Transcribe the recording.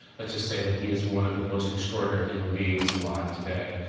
but just say that he is one of the most extraordinary human beings alive today.